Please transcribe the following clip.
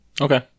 okay